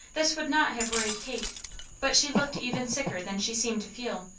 this would not have worried kate but she looked even sicker than she seemed to feel.